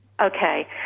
Okay